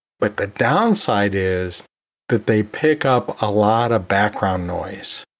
but the downside is that they pick up a lot of background noise.